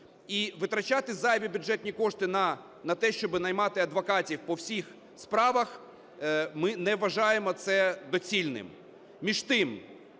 І витрачати зайві бюджетні кошти на те, щоб наймати адвокатів по всіх справах, ми не вважаємо це доцільним.